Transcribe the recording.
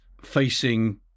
facing